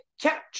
Catch